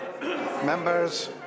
Members